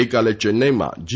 ગઇકાલે ચેન્નાઇમાં જી